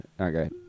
Okay